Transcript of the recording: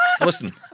Listen